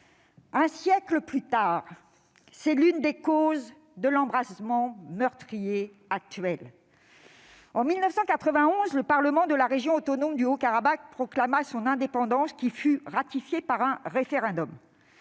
un siècle plus tard, de l'embrasement meurtrier actuel. En 1991, le parlement de la région autonome du Haut-Karabagh proclama son indépendance, qui fut ratifiée par un référendum.